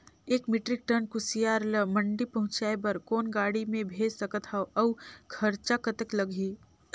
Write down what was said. एक metric ton कुसियार ल मंडी पहुंचाय बर कौन गाड़ी मे भेज सकत हव अउ खरचा कतेक लगही?